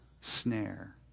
snare